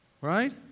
right